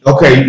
Okay